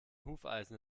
hufeisen